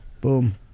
Boom